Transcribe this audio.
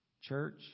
Church